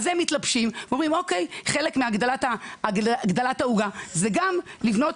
זה מתלבשים ואומרים אוקיי חלק מהגדלת העוגה זה גם לבנות